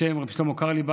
בשם רבי שלמה קרליבך: